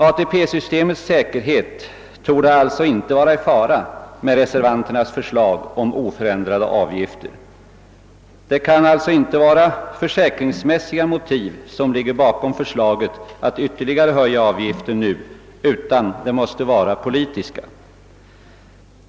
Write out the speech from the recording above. ATP-systemets säkerhet torde alltså inte vara i fara med reservanternas förslag om oförändrade avgifter. Det kan sålunda inte vara försäkringsmäs siga motiv som ligger bakom förslaget att nu ytterligare höja avgifterna, utan motiven måste vara politiska.